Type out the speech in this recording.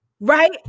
Right